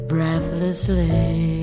Breathlessly